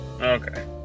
Okay